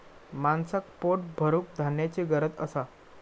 माणसाक पोट भरूक धान्याची गरज असा